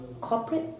Corporate